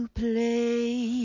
play